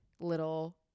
little